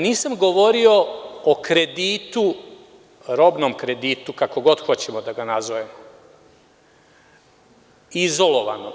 Nisam govorio o kreditu, robnom kreditu, kako god hoćete da ga zovemo, izolovano.